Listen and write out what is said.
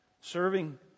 serving